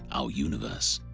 our universe.